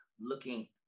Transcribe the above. looking